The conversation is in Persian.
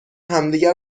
همدیگه